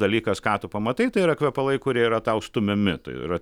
dalykas ką tu pamatai tai yra kvepalai kurie yra tau stumiami tai yra